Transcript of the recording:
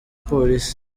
police